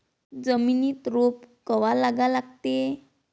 जमिनीत रोप कवा लागा लागते?